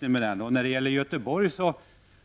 När det gäller Göteborg